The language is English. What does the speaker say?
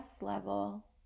level